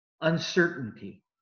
uncertainty